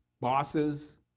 bosses